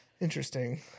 Interesting